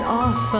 off